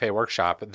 workshop